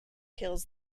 kills